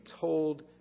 told